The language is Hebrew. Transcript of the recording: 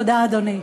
תודה, אדוני.